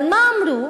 אבל מה אמרו?